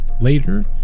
Later